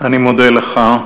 אני מודה לך.